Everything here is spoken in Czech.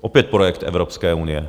Opět projekt Evropské unie.